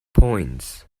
points